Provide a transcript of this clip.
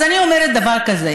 אז אני אומרת דבר כזה,